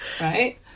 Right